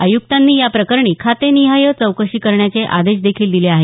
आयुक्तांनी या प्रकरणी खातेनिहाय चौकशी करण्याचे आदेश देखील दिले आहेत